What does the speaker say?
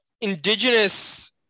indigenous